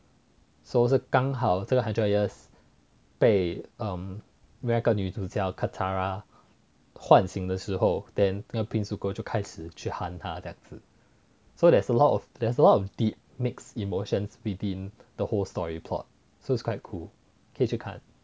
so 是刚好这个 hundred years 被那个女主角 katara 唤醒的时候 then 那个 prince zuko 就开始去 hunt 他这样子 so there's a lot of there's a lot of the deep mixed emotions within the whole story plot so it's quite cool 可以去看